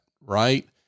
right